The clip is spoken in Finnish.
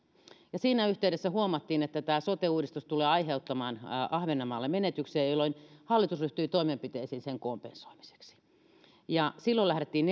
siinä yhteydessä huomattiin että tämä sote uudistus tulee aiheuttamaan ahvenanmaalle menetyksiä jolloin hallitus ryhtyi toimenpiteisiin sen kompensoimiseksi silloin lähdettiin